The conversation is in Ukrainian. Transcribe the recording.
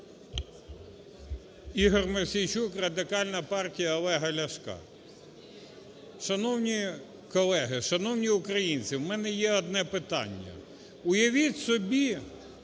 Ігор Мосійчук, Радикальна партія Олега Ляшка. Шановні колеги, шановні українці, в мене є одне питання. Уявіть собі